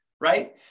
Right